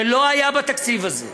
שלא היה בתקציב הזה,